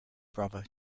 brother